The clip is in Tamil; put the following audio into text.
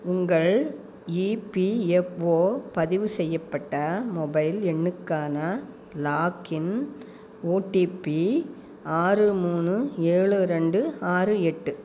உங்கள் இபிஎஃப்ஒ பதிவு செய்யப்பட்ட மொபைல் எண்ணுக்கான லாக்இன் ஓடிபி ஆறு மூணு ஏழு ரெண்டு ஆறு எட்டு